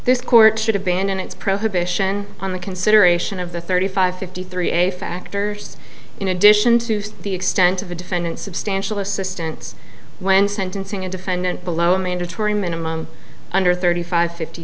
this court should abandon its probation on the consideration of the thirty five fifty three a factors in addition to the extent of the defendant substantial assistance when sentencing a defendant below a mandatory minimum under thirty five fifty